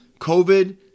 COVID